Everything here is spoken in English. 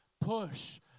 Push